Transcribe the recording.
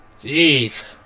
Jeez